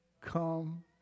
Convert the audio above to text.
come